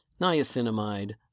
niacinamide